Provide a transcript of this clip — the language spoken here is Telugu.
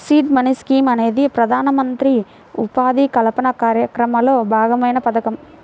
సీడ్ మనీ స్కీమ్ అనేది ప్రధానమంత్రి ఉపాధి కల్పన కార్యక్రమంలో భాగమైన పథకం